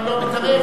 אני לא מתערב.